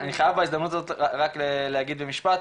אני חייב בהזדמנות הזאת רק להגיד במשפט,